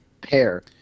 pair